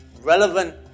relevant